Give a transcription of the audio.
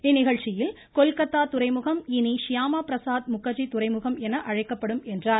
இந்நிகழ்ச்சியில் கொல்கத்தா துறைமுகம் இனி ஷியாமா பிரசாத் முகர்ஜி துறைமுகம் என அழைக்கப்படும் என்றார்